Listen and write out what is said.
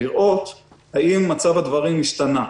לראות האם מצב הדברים השתנה.